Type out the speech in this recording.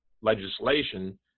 legislation